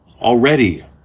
already